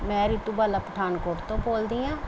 ਮੈਂ ਰਿਤੂ ਬਾਲਾ ਪਠਾਨਕੋਟ ਤੋਂ ਬੋਲਦੀ ਹਾਂ